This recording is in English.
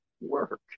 work